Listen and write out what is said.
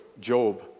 Job